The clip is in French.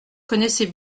connaissait